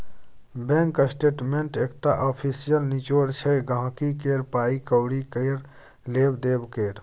bank statement एकटा official निचोड़ छै गांहिकी केर पाइ कौड़ी केर लेब देब केर